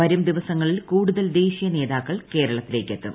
വരും ദിവസങ്ങളിൽ കൂടുതൽ ദേശീയ നേതാക്കൾ കേരളത്തിലേക്ക് എത്തും